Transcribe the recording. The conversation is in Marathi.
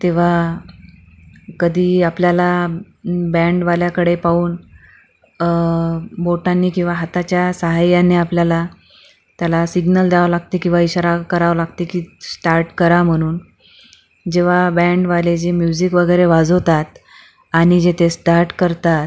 तेव्हा कधी आपल्याला बँडवाल्याकडे पाहून बोटांनी किंवा हाताच्या साहाय्याने आपल्याला त्याला सिग्नल द्यावं लागते किंवा इशारा करावं लागते की स्टार्ट करा म्हणून जेव्हा बँडवाले जी म्युझिक वगैरे वाजवतात आणि जे ते स्टार्ट करतात